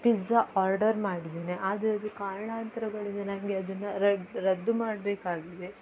pizza order ಮಾಡಿದ್ದೇನೆ ಆದರೆ ಅದು ಕಾರಣಾಂತರಗಳಿಂದ ನನಗೆ ಅದನ್ನು ರದ್ದು ರದ್ದು ಮಾಡಬೇಕಾಗಿದೆ